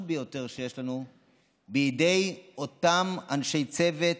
ביותר שיש לנו בידי אותם אנשי צוות,